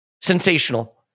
sensational